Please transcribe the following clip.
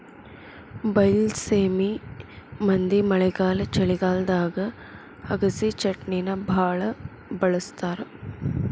ಬೈಲಸೇಮಿ ಮಂದಿ ಮಳೆಗಾಲ ಚಳಿಗಾಲದಾಗ ಅಗಸಿಚಟ್ನಿನಾ ಬಾಳ ಬಳ್ಸತಾರ